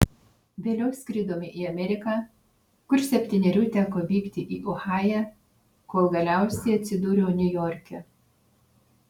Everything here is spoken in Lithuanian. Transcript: vėliau skridome į ameriką kur septynerių teko vykti į ohają kol galiausiai atsidūriau niujorke